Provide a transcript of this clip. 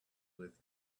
with